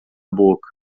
boca